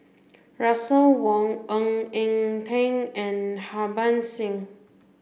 Russel Wong Ng Eng Teng and Harbans Singh